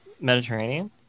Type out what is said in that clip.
Mediterranean